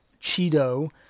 Cheeto